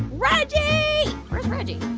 reggie. where's reggie?